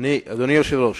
אדוני היושב-ראש